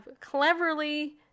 cleverly